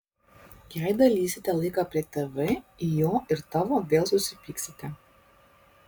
jei dalysite laiką prie tv į jo ir tavo vėl susipyksite